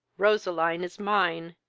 roseline is mine,